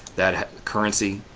that had currency,